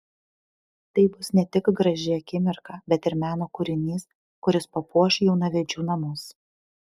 tai bus ne tik graži akimirka bet ir meno kūrinys kuris papuoš jaunavedžių namus